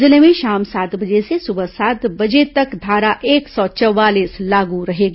जिले में शाम सात बजे से सुबह सात बजे तक धारा एक सौ चवालीस लागू रहेगी